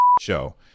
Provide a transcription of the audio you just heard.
show